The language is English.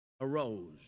arose